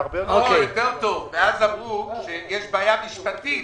מאז אמרו שיש בעיה משפטית,